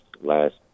last